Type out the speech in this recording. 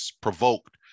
provoked